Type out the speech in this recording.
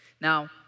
Now